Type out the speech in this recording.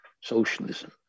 socialism